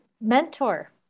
mentor